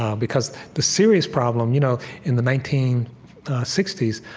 ah because the serious problem you know in the nineteen sixty s,